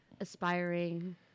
Aspiring